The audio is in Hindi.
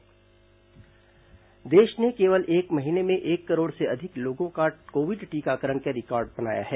कोरोना समाचार देश ने केवल एक महीने में एक करोड़ से अधिक लोगों का कोविड टीकाकरण करके रिकॉर्ड बनाया है